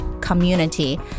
community